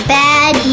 bad